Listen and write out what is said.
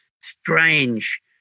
strange